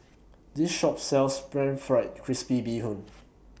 This Shop sells Pan Fried Crispy Bee Hoon